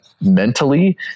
mentally